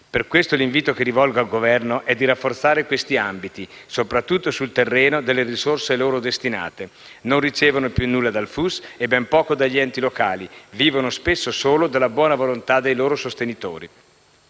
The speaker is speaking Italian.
Per questo l'invito che rivolgo al Governo è di rafforzare questi ambiti, soprattutto sul terreno delle risorse loro destinate. Non ricevono più nulla dal FUS e ben poco dagli enti locali. Vivono spesso solo della buona volontà dei loro sostenitori.